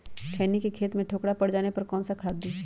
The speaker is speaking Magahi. खैनी के खेत में ठोकरा पर जाने पर कौन सा खाद दी?